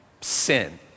sin